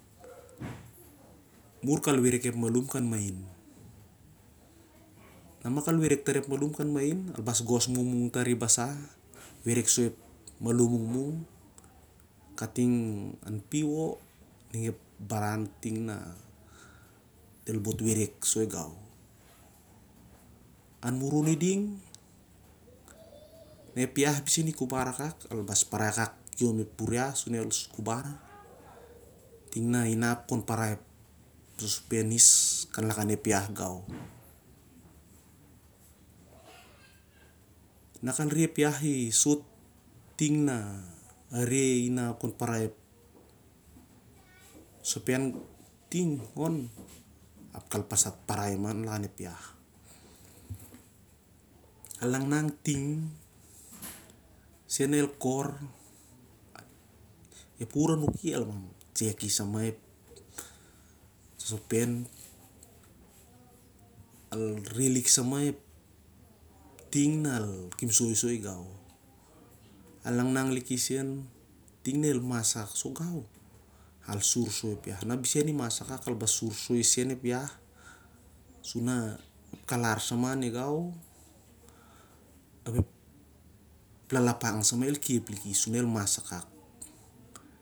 Mur kal werik ep alom kha ahin. Na mah kal werik nais an mahin, al bos gos mungmung tari basa, werik ep malum kating an piu o. Kating onep baran na del werik i gau. An murun i ding, nep iah- bisen i kubar akak al bas parai kiem akak ep buriah sur na el kubar, ting na-ianp khon parai ep sospe is khan lakan ep iah gau. Na kal reh, ep iah isot ting na inap, al parai ep sosopen ga, ap al parai mah lakan ep iah. Al nangnang ting na sen el kor. Ep wuvur anuki al reh liki sa mah ting na al khep soi- soi- gau. Al nangnang liki sen ting nai mas akak khol gau al sur soi, ep iah. Na bisen, al sur soi sa mah ep iah, sur ep kahlar sa ma an nigau, sur ep lalapang sa mah el khep liki sur na el mas akak.